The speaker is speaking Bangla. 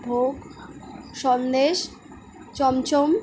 ভোগ সন্দেশ চমচম